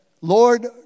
Lord